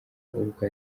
ubwo